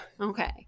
Okay